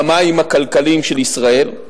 ב"מים הכלכליים" של ישראל.